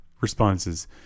responses